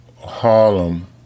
Harlem